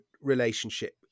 relationship